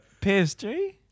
PSG